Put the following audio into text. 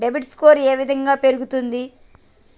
Credit score ఏ విధంగా పెరుగుతుంది?